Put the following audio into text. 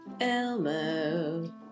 Elmo